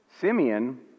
Simeon